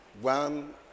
one